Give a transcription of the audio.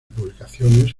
publicaciones